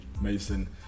Mason